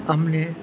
અમને